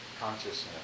consciousness